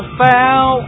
foul